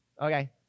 okay